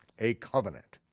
a covenant.